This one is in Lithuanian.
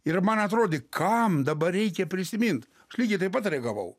ir man atrodė kam dabar reikia prisimint aš lygiai taip pat reagavau